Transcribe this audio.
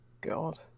god